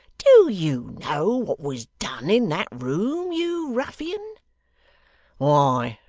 do you know what was done in that room, you ruffian why,